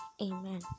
amen